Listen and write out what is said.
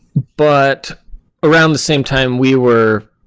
but around the same time we were